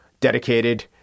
dedicated